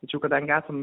tačiau kadangi esam